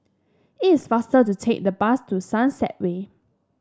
it's faster to take the bus to Sunset Way